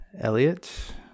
Elliot